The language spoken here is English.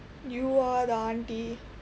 you are the aunty